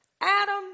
Adam